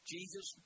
Jesus